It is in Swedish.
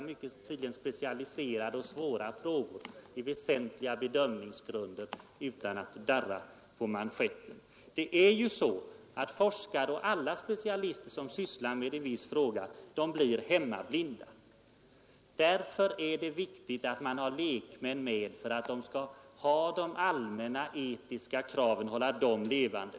Och t.o.m. ledamöterna i jordbruksutskottet har vågat uttala sig i sitt betänkande om dessa mycket speciella och svåra frågor utan att darra på manschetten! Forskare, och alla specialister som sysslar med en viss fråga, blir hemmablinda. Också därför är det viktigt att ha lekmän med. De skall hålla de allmänna etiska kraven levande.